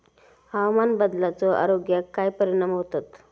हवामान बदलाचो आरोग्याक काय परिणाम होतत?